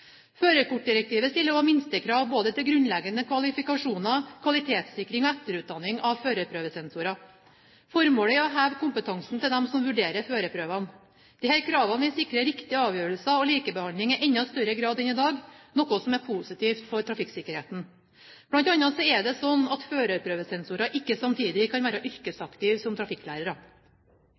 Førerkortdirektivet stiller også minstekrav både til grunnleggende kvalifikasjoner, kvalitetssikring og etterutdanning av førerprøvesensorer. Formålet er å heve kompetansen til dem som vurderer førerprøvene. Disse kravene vil sikre riktige avgjørelser og likebehandling i enda større grad enn i dag, noe som er positivt for trafikksikkerheten. Blant annet er det slik at førerprøvesensorer ikke samtidig kan være yrkesaktive som trafikklærere.